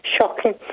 Shocking